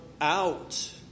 out